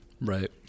Right